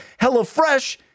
HelloFresh